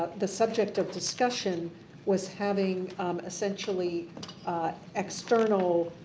ah the subject of discussion was having essentially external